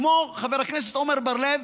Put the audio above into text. כמו, חבר הכנסת עמר בר-לב,